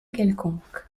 quelconque